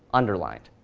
underlined.